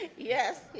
yes.